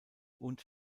und